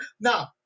Now